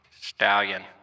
Stallion